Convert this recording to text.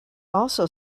also